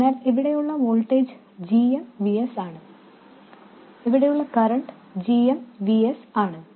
അതിനാൽ ഇവിടെയുള്ള voltage gm Vs ആണ് ഇവിടെയുള്ള കറന്റ് gm V s ആണ്